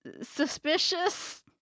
suspicious